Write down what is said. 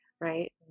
Right